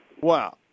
Wow